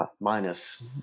minus